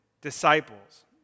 disciples